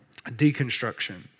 Deconstruction